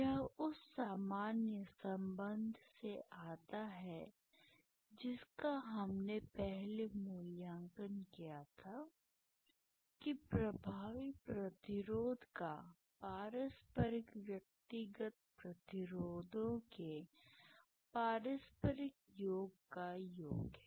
यह उस सामान्य संबंध से आता है जिसका हमने पहले मूल्यांकन किया था कि प्रभावी प्रतिरोध का पारस्परिक व्यक्तिगत प्रतिरोधों के पारस्परिक योग का योग है